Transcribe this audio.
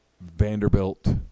Vanderbilt